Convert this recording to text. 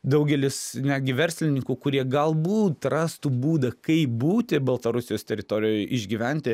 daugelis netgi verslininkų kurie galbūt rastų būdą kaip būti baltarusijos teritorijoj išgyventi